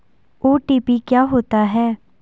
OTP क्या होता है?